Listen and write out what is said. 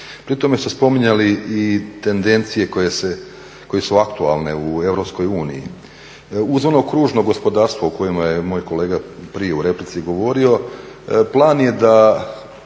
Pri tome ste spominjali i tendencije koje su aktualne u EU uz ono kružno gospodarstvo o kojima je moj kolega prije u replici govorio plan je da